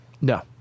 No